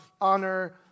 Honor